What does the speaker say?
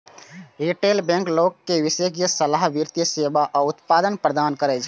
retail bank लोग कें विशेषज्ञ सलाह, वित्तीय सेवा आ उत्पाद प्रदान करै छै